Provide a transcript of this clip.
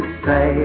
say